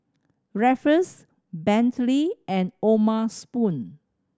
Ruffles Bentley and O'ma Spoon